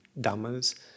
dhammas